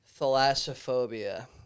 Thalassophobia